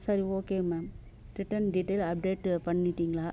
சரி okay ma'am return detail update பண்ணிவிட்டிங்களா